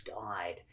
died